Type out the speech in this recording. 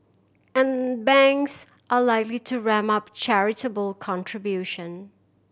and banks are likely to ramp up charitable contribution